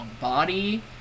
body